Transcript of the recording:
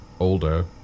Older